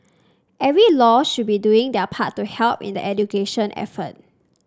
every law should be doing their part to help in the education effort